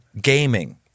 gaming